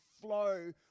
flow